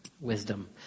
wisdom